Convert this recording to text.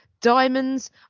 Diamonds